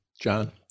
John